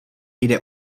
jde